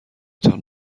تان